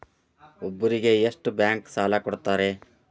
ಒಬ್ಬರಿಗೆ ಎಷ್ಟು ಬ್ಯಾಂಕ್ ಸಾಲ ಕೊಡ್ತಾರೆ?